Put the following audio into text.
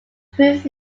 improved